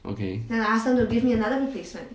okay